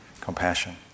compassion